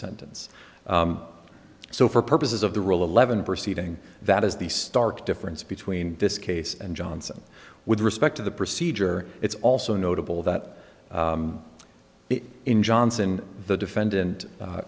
sentence so for purposes of the rule eleven proceeding that is the stark difference between this case and johnson with respect to the procedure it's also notable that the in johnson the defendant